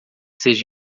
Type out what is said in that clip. seja